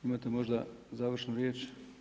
Imate možda završnu riječ?